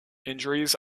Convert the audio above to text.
injuries